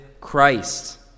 Christ